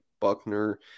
Buckner